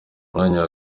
mwanya